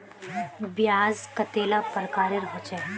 ब्याज कतेला प्रकारेर होचे?